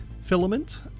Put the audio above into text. filament